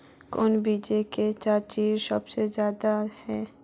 कौन बिचन के चर्चा सबसे ज्यादा है?